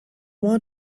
want